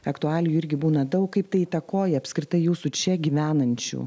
aktualijų irgi būna daug kaip tai įtakoja apskritai jūsų čia gyvenančių